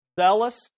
zealous